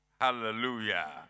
Hallelujah